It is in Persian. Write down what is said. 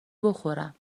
بخورم